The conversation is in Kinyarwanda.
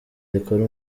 rikora